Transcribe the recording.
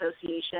Association